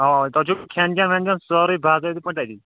اوا اوا تۄہہِ چھُوٕ کھٮ۪ن چٮ۪ن وٮ۪ن چٮ۪ن سورُے باضٲبطہٕ پٲٮ۪ٹھۍ تَتی